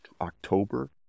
October